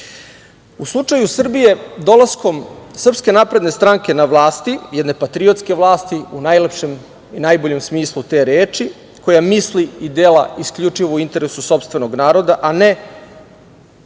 slučaju Srbije, dolaskom SNS na vlast, jedne patriotske vlasti, u najlepšem i najboljem smislu te reči, koja misli i dela isključivo u interesu sopstvenog naroda, a ne